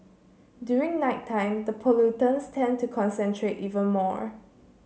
during nighttime the pollutants tend to concentrate even more